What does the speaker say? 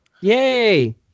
Yay